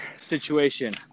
situation